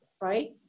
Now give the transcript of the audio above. right